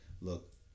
look